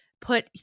put